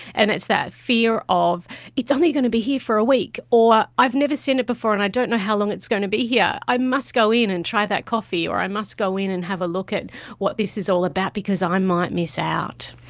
and it's that fear of it's only going to be here for a week, or i've never seen it before and i don't know how long it's going to be here, i must go in and try that coffee', or i must go in and have a look at what this is all about because i might miss out.